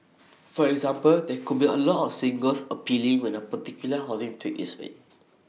for example there could be A lot of singles appealing when A particular housing tweak is made